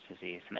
disease